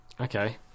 okay